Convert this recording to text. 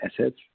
assets